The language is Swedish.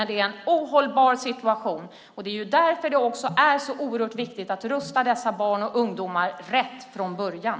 Det är en ohållbar situation, och därför är det oerhört viktigt att rusta dessa barn och ungdomar rätt från början.